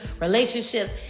relationships